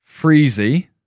Freezy